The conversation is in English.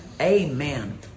Amen